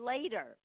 later